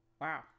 Wow